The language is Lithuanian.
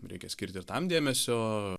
reikia skirti ir tam dėmesio